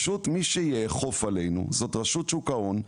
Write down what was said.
אבל מי שתאכוף אותנו תהיה רשות שוק ההון,